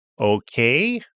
Okay